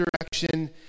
direction